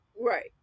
right